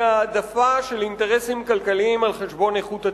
היא ההעדפה של אינטרסים כלכליים על חשבון איכות הטיפול.